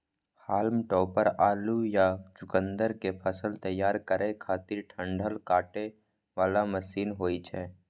हाल्म topper आलू या चुकुंदर के फसल तैयार करै खातिर डंठल काटे बला मशीन होइ छै